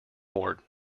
ward